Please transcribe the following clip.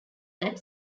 that